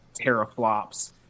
teraflops